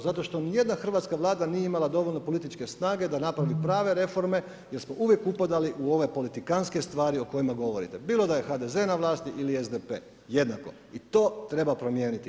Zato što nijedna hrvatska Vlada nije imala dovoljno političke snage da napravi prave reforme, jer smo uvijek upadali u ove politikantske stvari o kojima govorite, bilo da je HDZ na vlasti ili SDP jednako i to treba promijeniti.